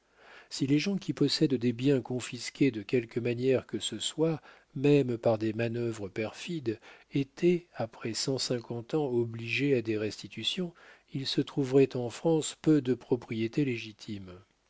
si les gens qui possèdent des biens confisqués de quelque manière que ce soit même par des manœuvres perfides étaient après cent cinquante ans obligés à des restitutions il se trouverait en france peu de propriétés légitimes